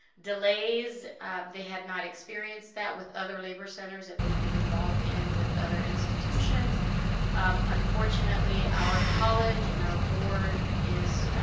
delays they had not experienced that with other labor centers that they'd been involved in with other institutions unfortunately our college and our board is